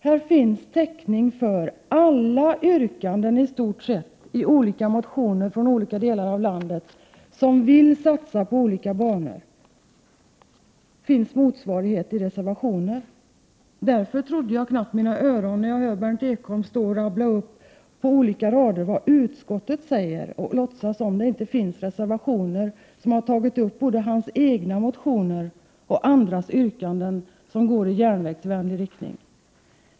Här finns täckning för i stort sett alla yrkanden i motioner från företrädare för olika delar av landet som vill satsa på olika banor, och det finns motsvarande täckning i reservationer. Därför trodde jag knappt mina öron när jag hörde Berndt Ekholm stå och rabbla upp vad utskottet säger och låtsas som om det inte finns reservationer som tar upp hans egna och andras yrkanden i motioner som går i järnvägsvänlig riktning.